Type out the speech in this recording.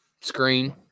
screen